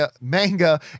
manga